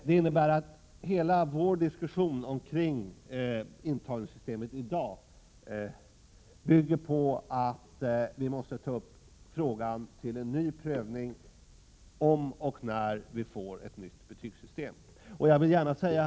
Det innebär att hela vår diskussion om antagningssystemet i dag bygger på att frågan måste tas upp till ny prövning den dag vi skulle få ett nytt betygssystem. Jag upplever att kravet Prot.